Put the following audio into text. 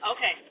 Okay